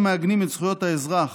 המעגנים את זכויות האזרח,